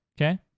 okay